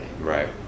Right